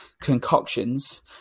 concoctions